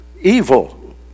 evil